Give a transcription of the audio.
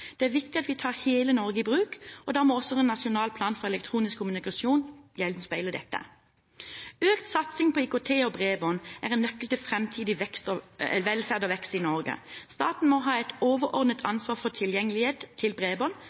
Det er viktig at vi tar hele Norge i bruk, og da må også en nasjonal plan for elektronisk kommunikasjon gjenspeile dette. Økt satsing på IKT og bredbånd er en nøkkel til framtidig velferd og vekst i Norge. Staten må ha et overordnet ansvar for tilgjengelighet til bredbånd,